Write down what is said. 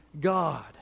God